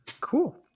Cool